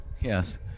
yes